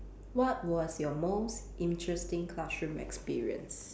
what was your most interesting classroom experience